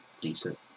Decent